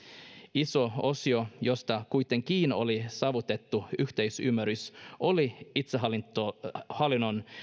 iso osio josta kuitenkin oli saavutettu yhteisymmärrys oli itsehallinnon